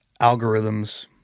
algorithms